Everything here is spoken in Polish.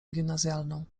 gimnazjalną